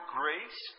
grace